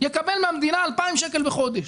יקבל מהמדינה 2,000 שקלים בחודש.